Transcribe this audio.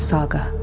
Saga